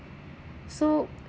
so